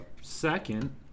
second